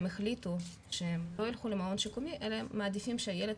החליטו שהם לא יכלו למעון שיקומי אלא הם מעדיפים שהילד,